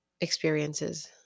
experiences